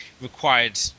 required